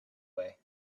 way